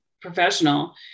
professional